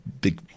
big